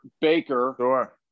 Baker